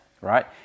right